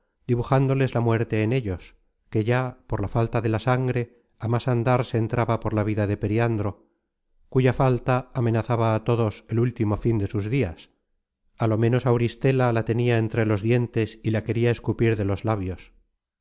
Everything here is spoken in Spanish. rostros dibujándoles la muerte en ellos que ya por la falta de la sangre á más andar se entraba por la vida de periandro cuya falta amenazaba á todos el último fin de sus dias á lo ménos auristela la tenia entre los dientes y la queria escupir de los labios